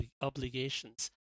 obligations